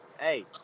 Hey